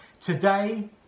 Today